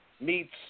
meets